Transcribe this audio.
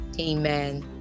Amen